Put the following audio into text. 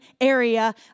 area